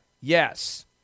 Yes